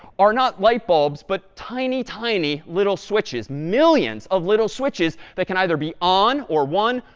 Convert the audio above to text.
are not light bulbs but tiny, tiny little switches, millions of little switches that can either be on, or one,